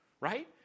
Right